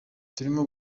turimo